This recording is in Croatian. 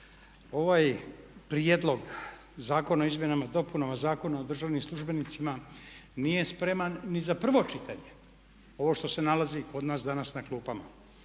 ovaj prijedlog Zakona o izmjenama i dopunama Zakona o državnim službenicima nije spreman ni za prvo čitanje ovo što se nalazi kod nas danas na klupama.